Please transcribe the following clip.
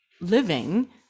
living